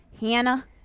Hannah